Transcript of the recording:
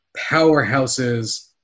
powerhouses